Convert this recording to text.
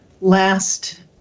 last